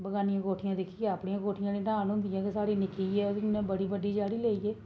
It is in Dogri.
बगानियां कोठियां दिक्खियै अपनियां कोठियां निं ढान होदिंया कि जे साढ़ी निक्की जेही ऐ ते उन्ने बड़ी बड्डी चाढ़ी लेई ऐ